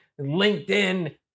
LinkedIn